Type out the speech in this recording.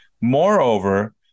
Moreover